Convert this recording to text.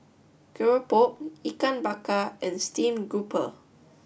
Keropok Ikan Bakar and Steamed Grouper